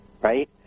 right